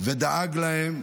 ודאג להם.